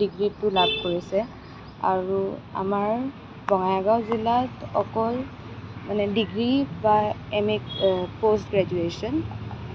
ডিগ্ৰীটো লাভ কৰিছে আৰু আমাৰ বঙাইগাঁও জিলাত অকল মানে ডিগ্ৰী বা এনে প'ষ্ট গ্ৰেজুৱেশ্যন